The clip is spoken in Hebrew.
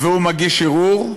והוא מגיש ערעור,